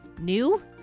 new